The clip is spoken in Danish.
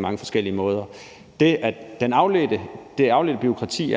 mange forskellige måder. Det afledte bureaukrati,